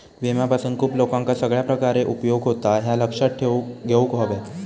विम्यापासून खूप लोकांका सगळ्या प्रकारे उपयोग होता, ह्या लक्षात घेऊक हव्या